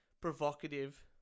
provocative